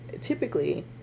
typically